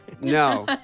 No